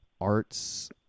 Art's